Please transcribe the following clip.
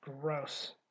Gross